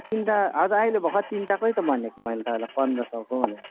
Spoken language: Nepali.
तिनवटा हजुर अहिले भर्खरै तिनवटाकै त भनेको मैले तपाईँलाई अब पन्ध्र सौको अनि